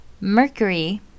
Mercury